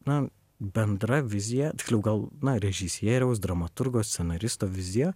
na bendra vizija tiksliau gal na režisieriaus dramaturgo scenaristo vizija